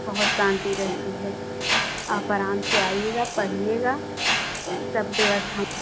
बहुत शांति रहती है आप आराम से आइएगा पढ़िएगा सब व्यवस्था